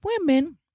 women